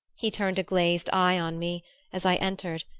he turned a glazed eye on me as i entered,